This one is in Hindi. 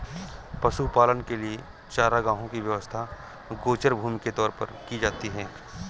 पशुपालन के लिए चारागाहों की व्यवस्था गोचर भूमि के तौर पर की जाती है